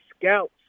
scouts